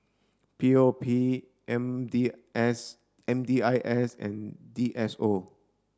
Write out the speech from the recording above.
P O P M D I S and D S O